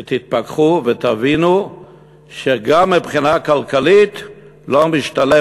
שתתפכחו ותבינו שגם מבחינה כלכלית לא משתלם